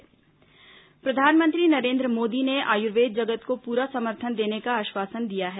प्रधानमंत्री आयुर्वेद प्रधानमंत्री नरेन्द्र मोदी ने आयुर्वेद जगत को पूरा समर्थन देने का आश्वासन दिया है